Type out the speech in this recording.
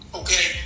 okay